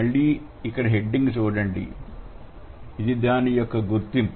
మళ్లీ ఇక్కడ హెడ్డింగ్ చూడండి ఇది దాని యొక్క గుర్తింపు